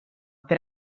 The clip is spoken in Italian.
per